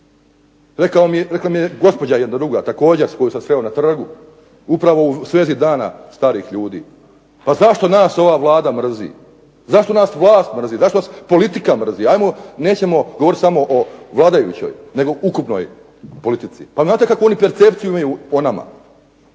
Rekla mi je gospođa druga koju sam sreo na trgu upravo u svezi DAna starih ljudi, pa zašto nas ova Vlada mrzi? Zašto nas vlast mrzi? Zašto nas politika mrzi? Nećemo govoriti samo o vladajućoj nego o ukupnoj politici. Pa znate kakvu oni percepciju imaju o nama,